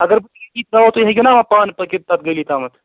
اگر بہٕ ییٚتی ترٛاوٚو تُہۍ ہیٚکِو نا وۄنۍ پانہٕ پٔکِتھ تَتھ گٔلی تامَتھ